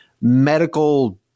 medical